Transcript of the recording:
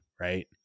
Right